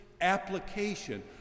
application